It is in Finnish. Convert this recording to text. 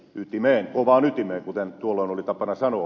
ytimeen kovaan ytimeen kuten tuolloin oli tapana sanoa